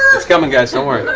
it's coming, guys, don't